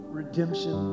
redemption